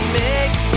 makes